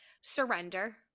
Surrender